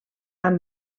amb